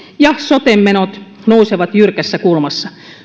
ja sote menot nousevat jyrkässä kulmassa